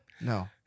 No